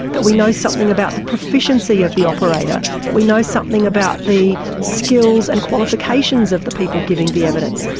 that we know something about the proficiency of the operator, that we know something about the skills and qualifications of the people giving the evidence,